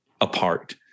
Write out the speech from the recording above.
apart